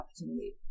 opportunity